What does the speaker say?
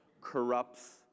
corrupts